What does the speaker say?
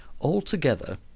Altogether